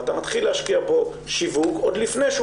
ואתה מתחיל להשקיע בו שיווק עוד לפני שהוא